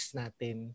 natin